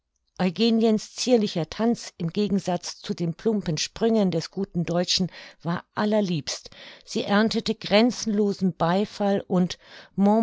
eugeniens zierlicher tanz im gegensatz zu den plumpen sprüngen des guten deutschen war allerliebst sie erntete grenzenlosen beifall und